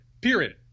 period